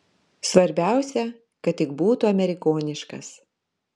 svarbiausia kad tik būtų amerikoniškas